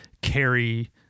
carry